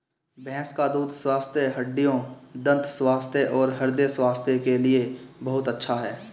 भैंस का दूध स्वस्थ हड्डियों, दंत स्वास्थ्य और हृदय स्वास्थ्य के लिए बहुत अच्छा है